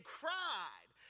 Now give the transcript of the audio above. cried